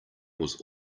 was